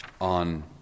on